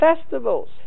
festivals